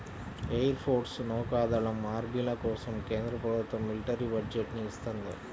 air force, నౌకా దళం, ఆర్మీల కోసం కేంద్ర ప్రభుత్వం మిలిటరీ బడ్జెట్ ని ఇత్తంది